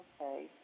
Okay